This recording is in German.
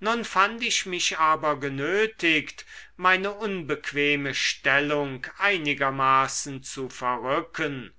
nun fand ich mich aber genötigt meine unbequeme stellung einigermaßen zu verrücken